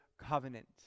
Covenant